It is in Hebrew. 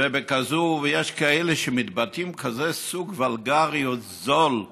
ובכזאת, יש כאלה שמתבטאים בכזאת וולגריות זולה